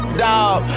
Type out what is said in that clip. dog